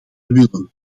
willen